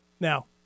Now